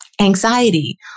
Anxiety